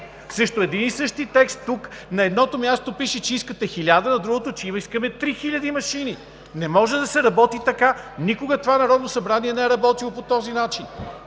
Срещу един и същ текст тук на едното място пише, че искате хиляда, а на другото, че искате три хиляди машини. Не може да се работи така. Никога това Народно събрание не е работило по този начин.